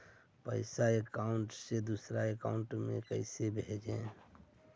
पैसा अकाउंट से दूसरा अकाउंट में कैसे भेजे?